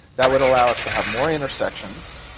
that would allow us to have more intersections,